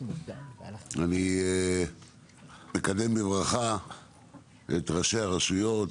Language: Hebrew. אני מקדם בברכה את ראשי הרשויות,